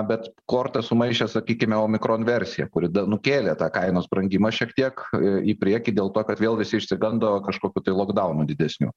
bet kortas sumaišė sakykime omikron versija kuri dar nukėlė tą kainos brangimą šiek tiek į priekį dėl to kad vėl visi išsigando kažkokių tai lokdaunų didesnių